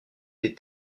des